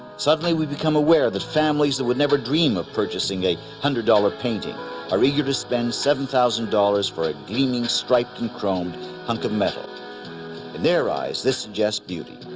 suddenly, we've become aware that families that would never dream of purchasing a hundred-dollar painting are eager to spend seven thousand dollars for a gleaming, striped, and chromed hunk of metal. in their eyes, this suggests beauty.